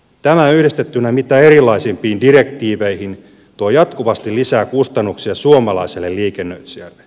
tämä yhdistettynä mitä erilaisimpiin direktiiveihin tuo jatkuvasti lisää kustannuksia suomalaiselle liikennöitsijälle